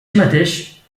mateix